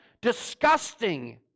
disgusting